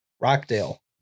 Rockdale